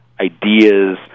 ideas